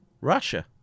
Russia